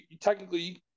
technically